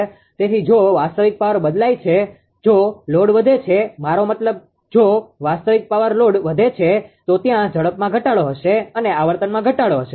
તેથી જો વાસ્તવિક પાવર બદલાય છે જો લોડ વધે છે મારો મતલબ જો વાસ્તવિક પાવર લોડ વધે છે તો ત્યાં ઝડપમાં ઘટાડો હશે અને આવર્તનમાં ઘટાડો હશે